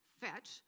fetch